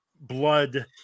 blood